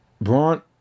Braun